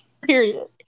Period